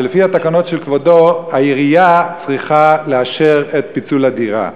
שלפי התקנות של כבודו העירייה צריכה לאשר את פיצול הדירה,